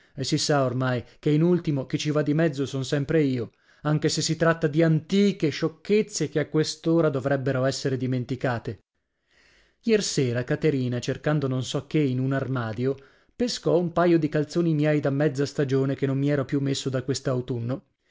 e si sa ormai che in ultimo chi ci va di mezzo son sempre io anche se si tratta di antiche sciocchezze che a quest'ora dovrebbero essere dimenticate lersera caterina cercando non so che in un armadio pescò un paio di calzoni miei da mezza stagione che non mi ero più messo da quest'autunno